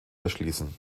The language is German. erschließen